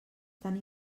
tan